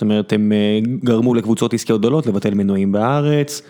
זאת אומרת, הם גרמו לקבוצות עסקיות גדולות לבטל מנויים בארץ.